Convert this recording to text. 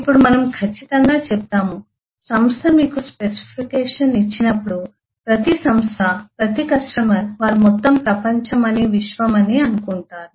ఇప్పుడు మనము ఖచ్చితంగా చెబుతాము సంస్థ మీకు స్పెసిఫికేషన్ ఇచ్చినప్పుడు ప్రతి సంస్థ ప్రతి కస్టమర్ వారు మొత్తం ప్రపంచం అని విశ్వం అని అనుకుంటారు